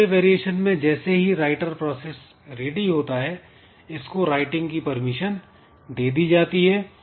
दूसरे वेरिएशन में जैसे ही राइटर प्रोसेस रेडी होता है इसको राइटिंग की परमिशन दे दी जाती है